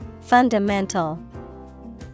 Fundamental